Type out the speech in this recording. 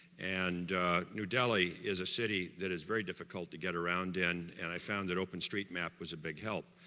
and new delhi is a city that is very difficult to get around and and i found that openstreetmap was a big help.